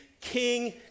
King